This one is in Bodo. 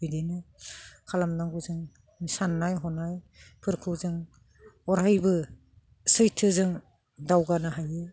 बिदिनो खालामनांगौ जों साननाय हनाय फोरखौ जों अरायबो सैथोजों दावगानो हायो